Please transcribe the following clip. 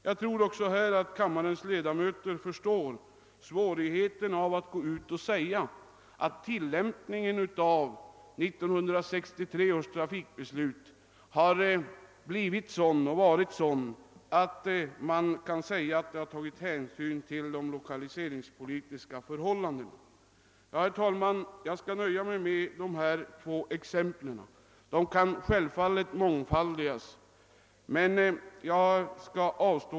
Jag tror att kammarens ledamöter även i detta avseende förstår svårigheterna för dem som vill gå ut till befolkningen och påstå, att man i tilllämpningen av 1963 års trafikbeslut har tagit hänsyn till lokaliseringspolitiska förhållanden. Jag skall nöja mig med dessa två exempel, vilka skulle kunna mångfaldigas.